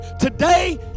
Today